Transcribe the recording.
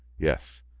yes,